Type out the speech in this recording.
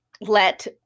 let